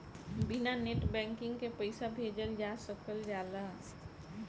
बिना net banking के पईसा भेज सकल जाला?